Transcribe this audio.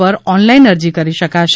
પર ઓનલાઈન અરજી કરી શકાશે